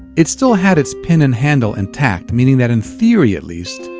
it still had its pin and handle intact, meaning that in theory, at least,